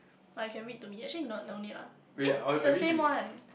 but you can read to me actually not no need lah eh is the same one